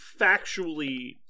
factually